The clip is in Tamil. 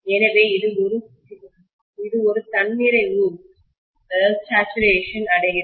எனவே இது ஒரு தன்நிறைவு சேச்சுரேஷன் அடைகிறது